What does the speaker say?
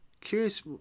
curious